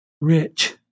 rich